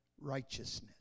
righteousness